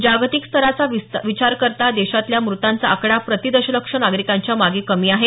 जागतिक स्तराचा विचार करता देशातल्या मृतांचा आकडा प्रर्ती दशलक्ष नागरिकांच्या मागे कमी आहे